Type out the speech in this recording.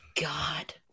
God